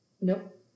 nope